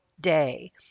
day